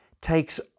takes